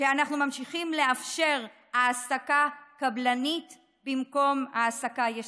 שאנחנו ממשיכים לאפשר העסקה קבלנית במקום העסקה ישירה.